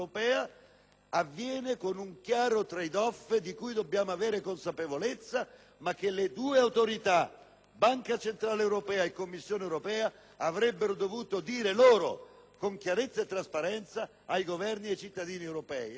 avviene con un chiaro *trade off* di cui dobbiamo avere consapevolezza, ma che le due autorità, Banca centrale europea e Commissione europea, avrebbero dovuto comunicare con chiarezza e trasparenza ai Governi e ai cittadini europei,